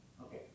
Okay